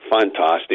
fantastic